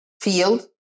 field